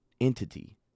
entity